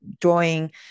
drawing